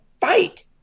fight